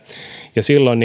ja silloin